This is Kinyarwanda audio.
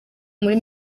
muri